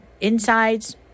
insides